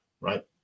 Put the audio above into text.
right